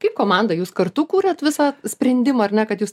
kaip komanda jūs kartu kūrėt visą sprendimą ar ne kad jūs